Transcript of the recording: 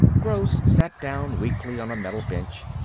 gross sat down weakly on a metal bench.